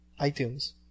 iTunes